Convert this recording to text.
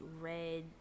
red